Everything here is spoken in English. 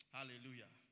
Hallelujah